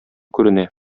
күренә